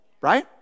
right